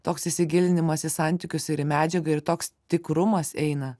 toks įsigilinimas į santykius ir į medžiagą ir toks tikrumas eina